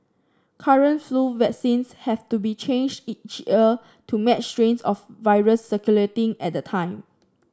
current flu vaccines have to be changed each to match strains of virus circulating at the time